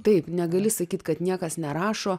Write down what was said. taip negali sakyt kad niekas nerašo